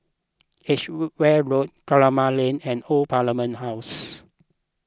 Edgeware Road Kramat Lane and Old Parliament House